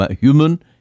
human